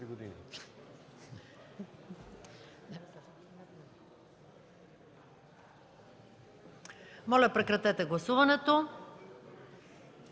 зала. Прекратете гласуването.